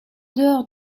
dehors